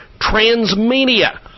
Transmedia